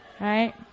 right